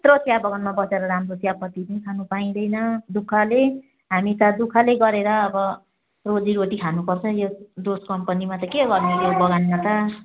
त्यत्रो चियाबगानमा बसेर राम्रो चियापत्ती पनि खानु पाइँदैन दुःखले हामी त दुःखले गरेर अब रोजीरोटी खानुपर्छ यो डोस कम्पनीमा त के गर्नु यो बगानमा त